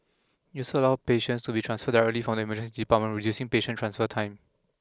it so allow patients to be transferred directly from the Emergency Department reducing patient transfer time